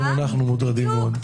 גם אנחנו מוטרדים מאוד.